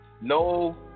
no